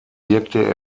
wirkte